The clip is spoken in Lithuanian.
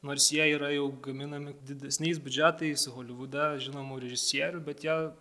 nors jie yra jau gaminami didesniais biudžetais holivude žinomų režisierių bet jie